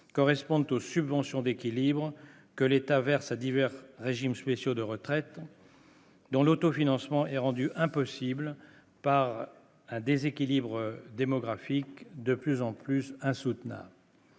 correspond aux subventions d'équilibre que l'État verse à divers régimes spéciaux de retraite. Dans l'autofinancement et rendues impossibles par un déséquilibre démographique de plus en plus insoutenable.